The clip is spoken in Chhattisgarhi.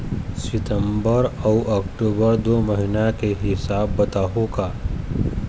सितंबर अऊ अक्टूबर दू महीना के हिसाब बताहुं का?